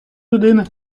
людини